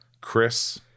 Chris